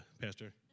Pastor